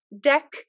deck